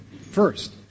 first